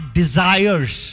desires